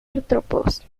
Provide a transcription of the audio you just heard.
artrópodos